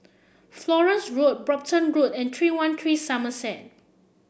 Florence Road Brompton Road and three one three Somerset